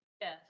Yes